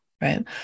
Right